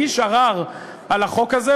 הגיש ערר על החוק הזה,